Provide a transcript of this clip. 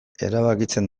erabakitzen